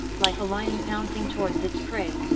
like a lion pouncing towards its prey,